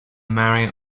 marie